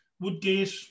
Woodgate